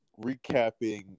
recapping